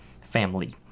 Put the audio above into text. Family